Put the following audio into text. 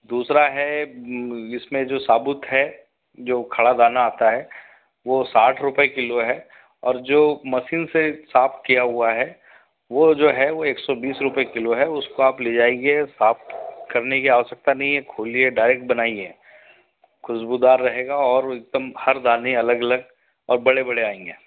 दूसरा है इसमें जो साबुत है जो खड़ा दाना आता है वो साठ रूपये किलो है और जो मशीन से साफ किया हुआ है वो जो है वो एक सौ बीस रुपये किलो है उसको आप ले जाइए साफ करने की आवश्यकता नहीं है खोलिए डायरेक्ट बनाइए खुशबूदार रहेगा और एकदम हर दाने अलग अलग और बड़े बड़े आएंगे